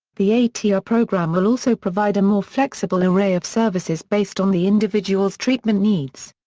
the atr program will also provide a more flexible array of services based on the individual's treatment needs.